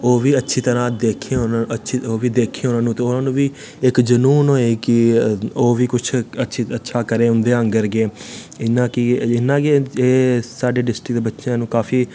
ओह् बी अच्छी तरह देखें ओह् बी देखें उनां नूं ते उनां नू बी इक जनून होए कि ओह् बी कुछ अच्छा करे उं'दे आंह्गर गै इयां गै साढ़े डिस्टिक दे बच्चेआं नू काफी